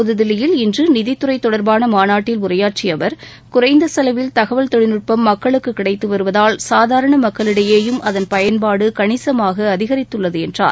புதுதில்லியில் இன்று நிதித்துறை தொடர்பான மாநாட்டில் உரையாற்றிய அவர் குறைந்த செலவில் தகவல் தொழில்நுட்பம் மக்களுக்கு கிடைத்து வருவதால் சாதாரண மக்களிடையேயும் அதன் பயன்பாடு கணிசமாக அதிகரித்துள்ளது என்றார்